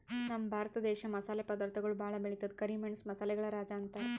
ನಮ್ ಭರತ ದೇಶ್ ಮಸಾಲೆ ಪದಾರ್ಥಗೊಳ್ ಭಾಳ್ ಬೆಳಿತದ್ ಕರಿ ಮೆಣಸ್ ಮಸಾಲೆಗಳ್ ರಾಜ ಅಂತಾರ್